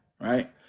right